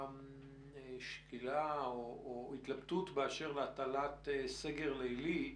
זו שאלה שהתעוררה עכשיו בדיון.